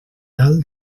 tal